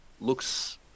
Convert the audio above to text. looks